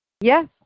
yes